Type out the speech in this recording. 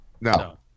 No